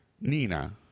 Nina